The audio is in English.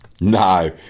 No